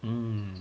um